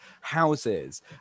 houses